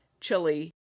chili